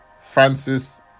Francis